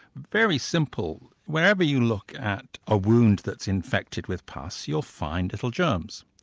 very simple. wherever you look at a wound that's infected with pus, you'll find little germs.